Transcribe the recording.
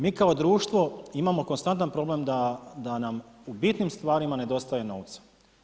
Mi kao društvo imamo konstantan problem da nam u bitnim stvarima nedostaje novca.